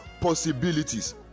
possibilities